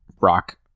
rock